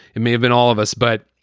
it may have been all of us, but.